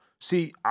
See